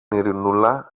ειρηνούλα